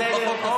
בסדר.